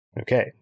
Okay